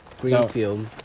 Greenfield